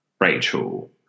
Rachel